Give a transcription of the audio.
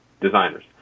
designers